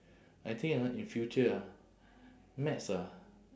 I think ah in future ah maths ah